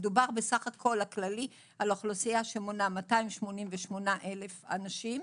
מדובר בסך הכול הכללי על אוכלוסייה שמונה 288,000 אנשים,